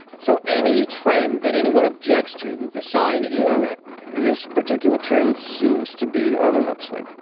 so any trend that anyone objects to the the sign you know that this particular trend seems to be on an upswing.